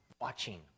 watching